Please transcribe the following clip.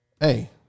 Hey